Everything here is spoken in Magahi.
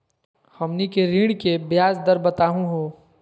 हमनी के ऋण के ब्याज दर बताहु हो?